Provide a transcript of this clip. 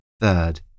Third